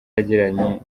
yagiranye